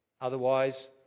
Otherwise